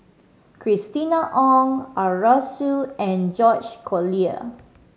Christina Ong Arasu and George Collyer